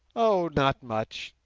oh, not much.